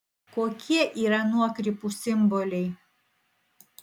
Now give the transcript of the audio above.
kokie yra nuokrypų simboliai